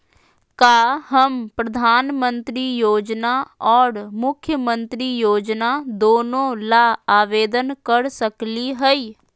का हम प्रधानमंत्री योजना और मुख्यमंत्री योजना दोनों ला आवेदन कर सकली हई?